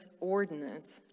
ordinance